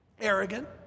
arrogant